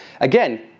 Again